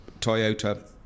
Toyota